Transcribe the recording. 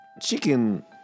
chicken